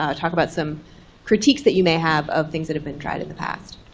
ah talk about some critiques that you may have of things that have been tried in the past?